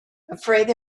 afraid